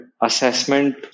assessment